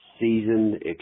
seasoned